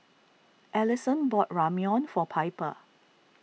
Alyson bought Ramyeon for Piper